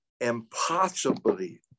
impossibly